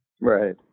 Right